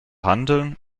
handeln